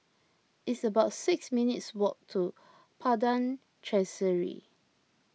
it's about six minutes' walk to Padang Chancery